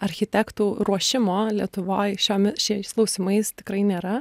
architektų ruošimo lietuvoj šiomi šiais klausimais tikrai nėra